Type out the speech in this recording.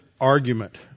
argument